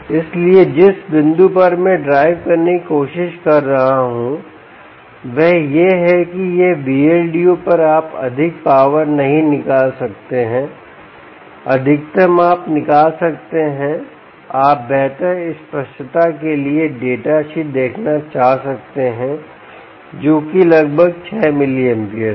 इसलिए जिस बिंदु पर मैं ड्राइव करने की कोशिश कर रहा हूं वह यह है कि यह Vldo पर आप अधिक पावर नहीं निकाल सकते हैं अधिकतम आप निकाल सकते हैं आप बेहतर स्पष्टता के लिए डेटा शीट देखना चाह सकते हैं जो कि लगभग 6 मिलीएंपियर है